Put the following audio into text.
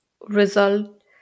result